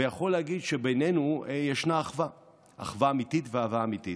ואני יכול להגיד שבינינו יש אחווה אמיתית ואהבה אמיתית.